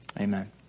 Amen